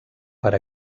per